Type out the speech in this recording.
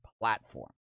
platform